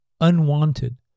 unwanted